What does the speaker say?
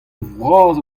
vras